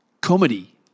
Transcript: Comedy